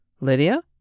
Lydia